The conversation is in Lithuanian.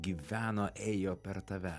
gyveno ėjo per tave